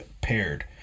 paired